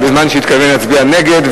בזמן שהתכוון להצביע נגד,